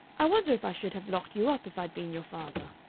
i wonder if i should have locked you up if i'd been your father.